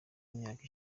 imyaka